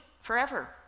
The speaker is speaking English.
forever